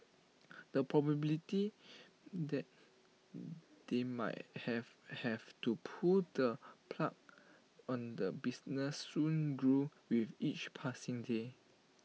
the probability that they might have have to pull the plug on the business soon grew with each passing day